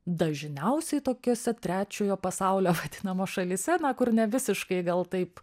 dažniausiai tokiose trečiojo pasaulio vadinamo šalyse kur ne visiškai gal taip